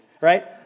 right